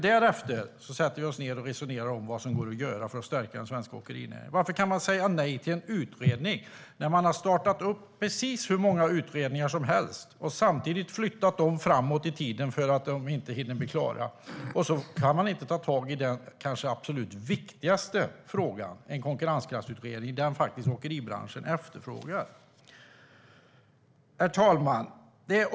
Därefter kan vi sätta oss ned och resonera om vad som går att göra för att stärka den svenska åkerinäringen. Varför säger man nej till en utredning? Man har ju startat precis hur många utredningar som helst och samtidigt flyttat dem framåt i tiden för att de inte hinner bli klara, men man kan inte ta tag i den kanske absolut viktigaste frågan - en konkurrenskraftsutredning som åkeribranschen efterfrågar. Herr talman!